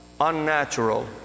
unnatural